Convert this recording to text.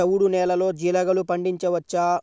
చవుడు నేలలో జీలగలు పండించవచ్చా?